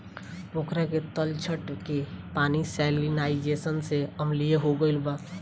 पोखरा के तलछट के पानी सैलिनाइज़ेशन से अम्लीय हो गईल बा